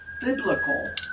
biblical